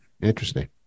Interesting